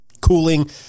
cooling